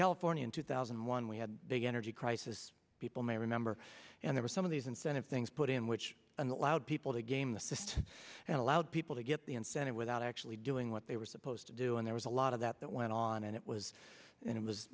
california in two thousand and one we had big energy crisis people may remember and there are some of these incentive things put in which and allowed people to game the system and allowed people to get the incentive without actually doing what they were supposed to do and there was a lot of that that went on and it was and it was